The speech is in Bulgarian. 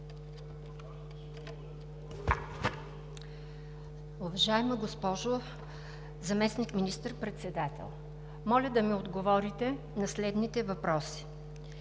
Уважаема госпожо Заместник министър-председател, моля да ми отговорите на следните въпроси.